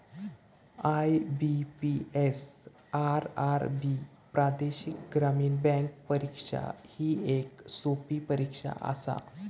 IBPS, RRB प्रादेशिक ग्रामीण bank परीक्षा ही येक सोपी परीक्षा आसा